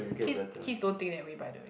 kids kids don't think that way by the way